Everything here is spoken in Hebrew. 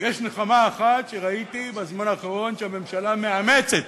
יש נחמה אחת שראיתי בזמן האחרון, שהממשלה מאמצת